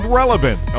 relevant